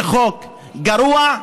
זה חוק גרוע.